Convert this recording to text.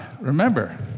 Remember